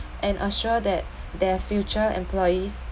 and assure that their future employees